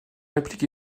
réplique